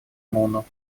муну